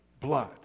blood